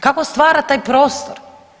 Kako stvara taj prostor?